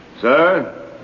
Sir